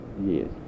Yes